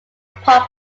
pop